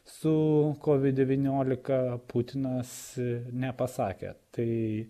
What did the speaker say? su covid devyniolika putinas nepasakė tai